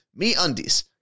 MeUndies